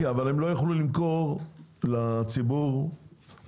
אבל הם לא יוכלו למכור לציבור הרחב.